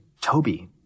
toby